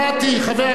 חבר הכנסת,